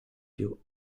più